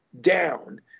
down